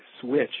Switch